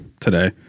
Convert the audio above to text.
today